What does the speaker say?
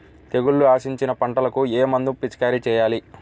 తెగుళ్లు ఆశించిన పంటలకు ఏ మందు పిచికారీ చేయాలి?